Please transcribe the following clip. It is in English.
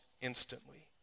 instantly